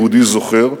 יהודי זוכר.